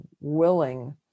willing